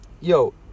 yo